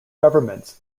governments